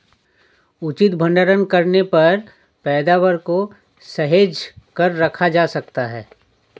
उचित भंडारण करने पर पैदावार को सहेज कर रखा जा सकता है